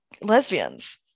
lesbians